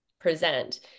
present